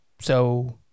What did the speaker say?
So-